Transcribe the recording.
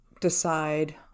decide